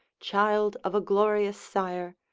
child of a glorious sire,